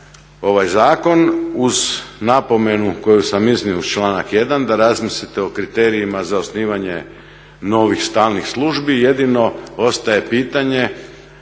ovaj Zakon uz napomenu koju sam iznio uz članak 1. da razmislite o kriterijima za osnivanje novih stalnih službi, jedino ostaje pitanje